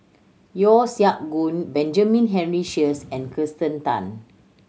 Yeo Siak Goon Benjamin Henry Sheares and Kirsten Tan